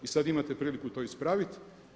I sad imate priliku to ispraviti.